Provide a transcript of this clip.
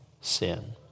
sin